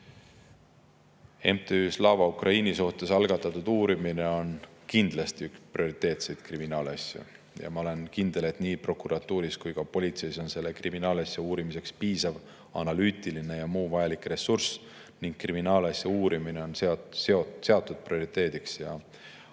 MTÜ Slava Ukraini suhtes algatatud uurimine on kindlasti üks prioriteetsemaid kriminaalasju. Ma olen kindel, et nii prokuratuuris kui ka politseis on selle kriminaalasja uurimiseks piisav analüütiline ja muu vajalik ressurss ning kriminaalasja uurimine on seatud prioriteediks.